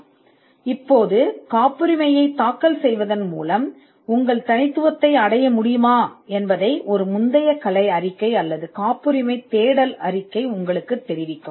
இப்போது ஒரு முந்தைய கலை அறிக்கை அல்லது காப்புரிமை தேடல் அறிக்கை காப்புரிமையை தாக்கல் செய்வதன் மூலம் நீங்கள் தனித்துவத்தை அடைய முடியுமா என்று உங்களுக்குத் தெரிவிக்கும்